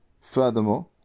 Furthermore